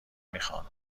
میخان